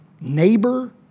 neighbor